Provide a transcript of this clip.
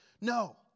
No